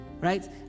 right